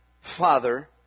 Father